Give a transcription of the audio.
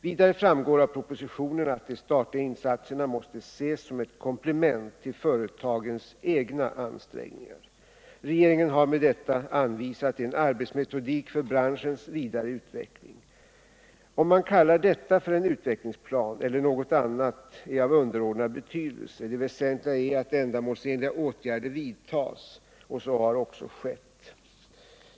Vidare framgår av propositionen att de statliga insatserna måste ses som ett komplement till företagens egna ansträngningar. Regeringen har med detta anvisat en arbetsmetodik för branschens vidare utveckling. Om man kallar detta för en utvecklingsplan eller något annat är av underordnad betydelse. Det väsentliga är att ändamålsenliga åtgärder vidtas, och så har också skett.